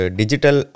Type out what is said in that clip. digital